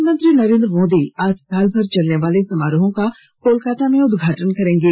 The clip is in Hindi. प्रधानमंत्री नरेन्द्र मोदी आज साल भर चलने वाले समारोहों का कोलकाता में उद्घाटन करेंगे